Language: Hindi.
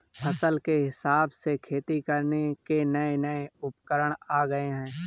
फसल के हिसाब से खेती करने के नये नये उपकरण आ गये है